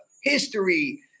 history